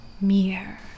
mirror